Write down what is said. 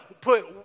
put